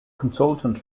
consultant